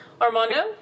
Armando